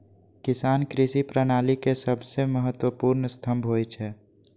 किसान कृषि प्रणाली के सबसं महत्वपूर्ण स्तंभ होइ छै